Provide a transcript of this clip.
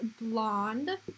blonde